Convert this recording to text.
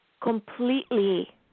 completely